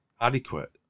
adequate